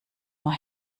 nur